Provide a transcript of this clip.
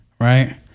Right